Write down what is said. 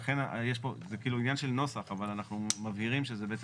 לכן זה כאילו עניין של נוסח אבל אנחנו מבהירים שבעצם